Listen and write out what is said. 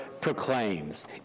proclaims